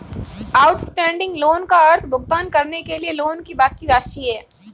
outstanding loan का अर्थ भुगतान करने के लिए लोन की बाकि राशि है